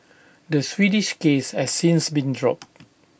the Swedish case has since been dropped